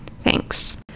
Thanks